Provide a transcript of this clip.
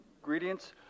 ingredients